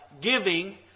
giving